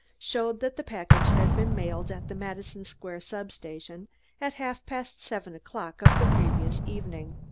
showed that the package had been mailed at the madison square substation at half-past seven o'clock of the previous evening.